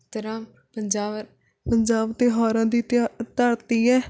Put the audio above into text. ਤਰ੍ਹਾਂ ਪੰਜਾਬ ਪੰਜਾਬ ਤਿਉਹਾਰਾਂ ਦੀ ਧਰ ਧਰਤੀ ਹੈ